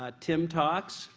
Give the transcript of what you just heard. ah timtalks.